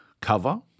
cover